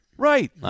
Right